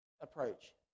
approach